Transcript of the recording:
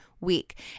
week